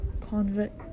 convict